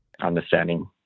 Understanding